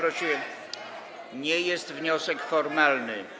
To nie jest wniosek formalny.